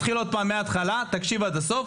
אני אתחיל עוד פעם מהתחלה, תקשיב עד הסוף.